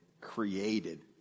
created